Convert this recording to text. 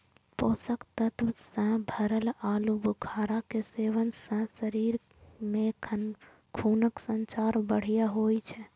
पोषक तत्व सं भरल आलू बुखारा के सेवन सं शरीर मे खूनक संचार बढ़िया होइ छै